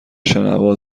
شنوا